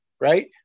right